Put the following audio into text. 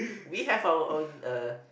we have our own uh